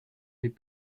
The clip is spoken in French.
les